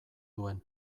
duen